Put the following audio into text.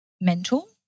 mental